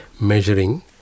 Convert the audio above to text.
measuring